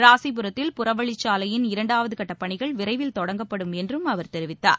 ராசிபுரத்தில் புறவழிச்சாலையின் இரண்டாவதுகட்டப் பணிகள் விரைவில் தொடங்கப்படும் என்றும் அவர் தெரிவித்தார்